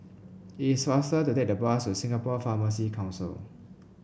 it's faster to take the bus to Singapore Pharmacy Council